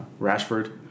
rashford